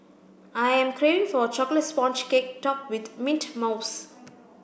I am craving for a chocolate sponge cake topped with mint mouse